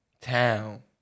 town